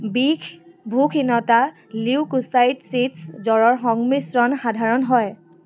বিষ ভোকহীনতা লিউকোচাইট'ছিছ জ্বৰৰ সংমিশ্ৰণ সাধাৰণ হয়